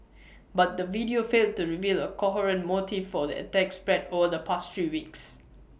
but the video failed to reveal A coherent motive for the attacks spread over the past three weeks